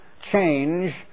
change